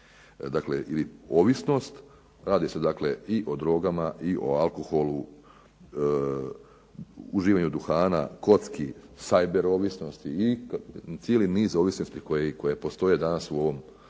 ili ovisnost, radi se i o drogama i o alkoholu, uživanju duhana, kocki, sajberovisnosti, i cijeli niz ovisnosti koje postoje danas u ovom